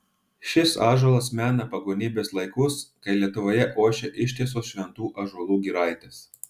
šis ąžuolas mena pagonybės laikus kai lietuvoje ošė ištisos šventų ąžuolų giraitės